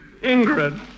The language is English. Ingrid